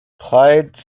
claude